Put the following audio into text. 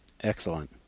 Excellent